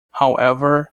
however